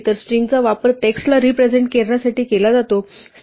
तर स्ट्रिंगचा वापर टेक्स्टला रिप्रेझेन्ट करण्यासाठी केला जातो